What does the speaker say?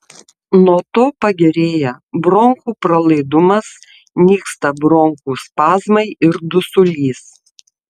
nuo to pagerėja bronchų pralaidumas nyksta bronchų spazmai ir dusulys